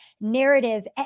narrative